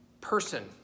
person